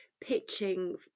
pitching